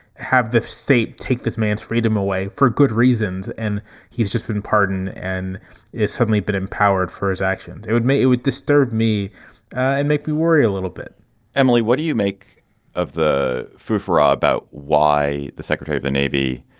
have the state take this man's freedom away for good reasons. and he's just been pardon. and it's suddenly been empowered for his actions. it would make it would disturb me and make me worry a little bit emily, what do you make of the food for ah about why the secretary of the navy,